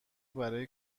برای